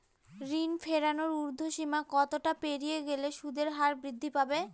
ঋণ ফেরানোর উর্ধ্বসীমা কতটা পেরিয়ে গেলে সুদের হার বৃদ্ধি পাবে?